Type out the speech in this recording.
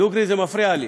דוגרי, זה מפריע לי.